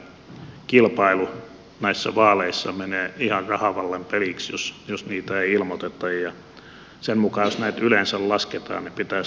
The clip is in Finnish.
tämä kilpailu näissä vaaleissa menee ihan rahavallan peliksi jos niitä ei ilmoiteta ja sen mukaan jos näitä yleensä lasketaan niin pitäisi laskea tarkkaan